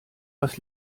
was